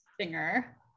singer